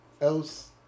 else